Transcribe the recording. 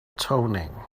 toning